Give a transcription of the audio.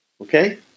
Okay